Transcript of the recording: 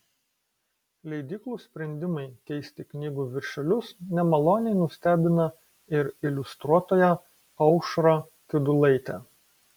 leidyklų sprendimai keisti knygų viršelius nemaloniai nustebina ir iliustruotoją aušrą kiudulaitę